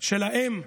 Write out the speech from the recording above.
של האם,